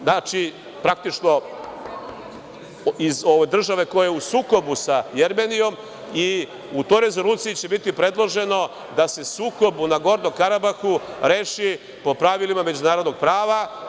Znači, praktično iz države koja je u sukobu sa Jermenijom i u toj rezoluciji će biti predloženo da se sukob u Nagorno Karabahu reši po pravilima međunarodnog prava.